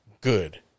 good